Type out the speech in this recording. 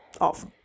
off